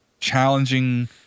challenging